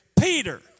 Peter